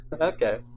Okay